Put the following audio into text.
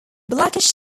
blackish